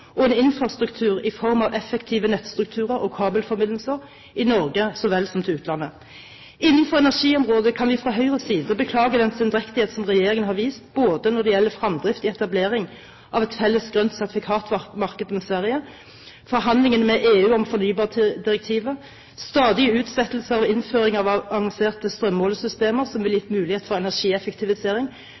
og en infrastruktur i form av effektive nettstrukturer og kabelforbindelser i Norge så vel som til utlandet. Innenfor energiområdet kan vi fra Høyres side beklage den sendrektighet som regjeringen har vist, både når det gjelder fremdrift i etableringen av et felles grønt sertifikatmarked med Sverige, forhandlingene med EU om fornybardirektivet, stadige utsettelser av innføring av avanserte strømmålesystemer som vil gi muligheter for energieffektivisering